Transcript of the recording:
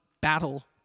battle